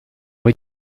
muy